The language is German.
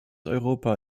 europa